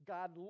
God